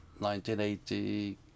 1980